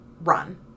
run